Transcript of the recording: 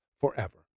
forever